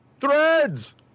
Threads